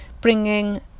bringing